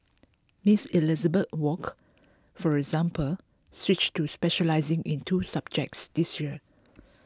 Miss Elizabeth Wok for example switched to specialising in two subjects this year